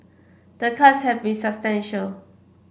the cuts have been substantial